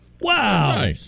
Wow